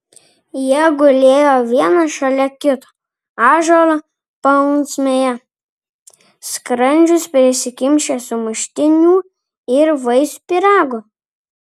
jie gulėjo vienas šalia kito ąžuolo paunksmėje skrandžius prisikimšę sumuštinių ir vaisių pyrago